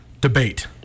debate